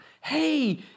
Hey